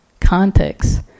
context